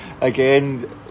again